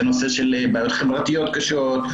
נושא של בעיות חברתיות קשות,